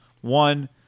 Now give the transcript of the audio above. One